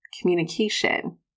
communication